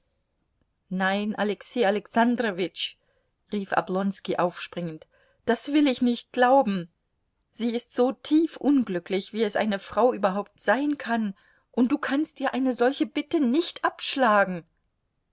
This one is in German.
nein alexei alexandrowitsch rief oblonski aufspringend das will ich nicht glauben sie ist so tief unglücklich wie es eine frau überhaupt sein kann und du kannst ihr eine solche bitte nicht abschlagen